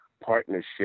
partnership